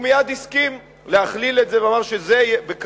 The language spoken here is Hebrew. הוא מייד הסכים להכליל את זה ואמר שזה בכוונתו.